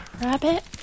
rabbit